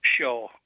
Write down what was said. show